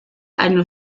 eine